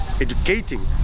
educating